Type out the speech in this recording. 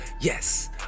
yes